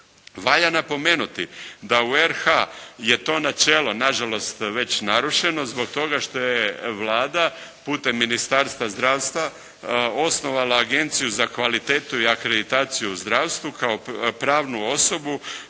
Valja napomenuti da u RH je to načelo na žalost već narušeno zbog toga što je Vlada putem Ministarstva zdravstva osnovala Agenciju za kvalitetu i akreditaciju u zdravstvu kao pravnu osobnu,